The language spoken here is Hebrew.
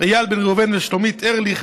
אייל בן ארי ושלומית ארליך,